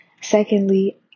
Secondly